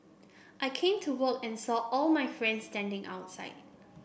I came to work and saw all my friends standing outside